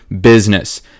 business